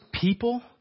people